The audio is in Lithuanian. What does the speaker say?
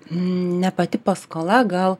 ne pati paskola gal